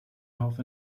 half